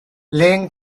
lehen